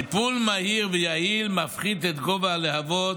טיפול מהיר ויעיל מפחית את גובה הלהבות